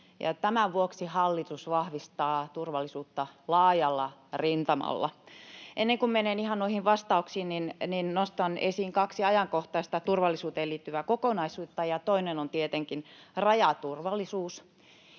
tämän vuoksi hallitus vahvistaa turvallisuutta laajalla rintamalla. Ennen kuin menen ihan noihin vastauksiin, niin nostan esiin kaksi ajankohtaista turvallisuuteen liittyvää kokonaisuutta: toinen on tietenkin rajaturvallisuus,